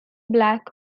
black